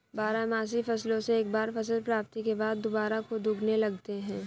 बारहमासी फसलों से एक बार फसल प्राप्ति के बाद दुबारा खुद उगने लगते हैं